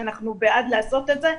אנחנו בעד לעשות את זה,